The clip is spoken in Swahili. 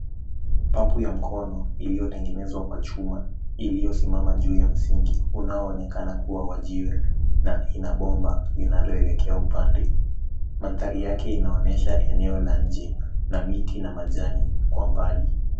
Pampu ya mkono iliyotengenezwa kwa chuma iliyosimama juu ya msingi unaonekana kuwa wa jiwe na ina bomba linaloelekea upande. Mandhari yake inaonyesha eneo la nje na miti na majani kwa mbali.